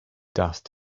dust